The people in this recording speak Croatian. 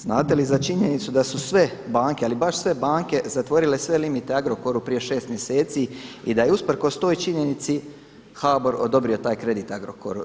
Znate li za činjenicu da su sve banke, ali baš sve banke zatvorile sve limite Agrokoru prije šest mjeseci i da je usprkos toj činjenici HBOR odobrio taj kredit Agrokoru?